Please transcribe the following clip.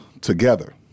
together